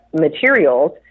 materials